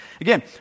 Again